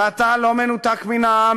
ואתה לא מנותק מן העם,